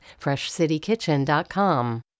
Freshcitykitchen.com